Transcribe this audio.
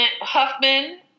Huffman